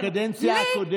אני הייתי בקדנציה הקודמת.